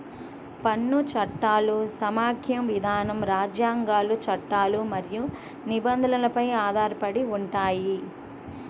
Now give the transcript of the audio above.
పన్ను చట్టాలు సమాఖ్య విధానం, రాజ్యాంగాలు, చట్టాలు మరియు నిబంధనలపై ఆధారపడి ఉంటాయి